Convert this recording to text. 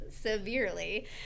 severely